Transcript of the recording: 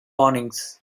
warnings